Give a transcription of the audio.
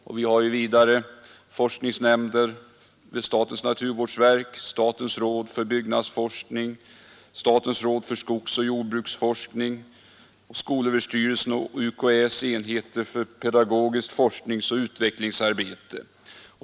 Vidare har vi forskningsnämnden i statens naturvårdsverk, statens råd för byggnadsforskning, statens råd för skogsoch jordbruksforskning, skolöverstyrelsens och universitetskanslersämbetets enheter för pedagogiskt forskningsoch utvecklingsarbete.